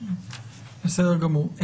בסדר גמור.